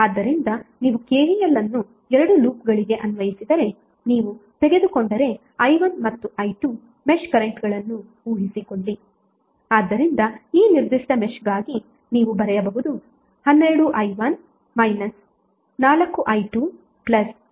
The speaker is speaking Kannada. ಆದ್ದರಿಂದ ನೀವು ಕೆವಿಎಲ್ ಅನ್ನು 2 ಲೂಪ್ಗಳಿಗೆ ಅನ್ವಯಿಸಿದರೆ ನೀವು ತೆಗೆದುಕೊಂಡರೆ ಐ1 ಮತ್ತು ಐ2 ಮೆಶ್ ಕರೆಂಟ್ಗಳನ್ನು ಊಹಿಸಿಕೊಳ್ಳಿ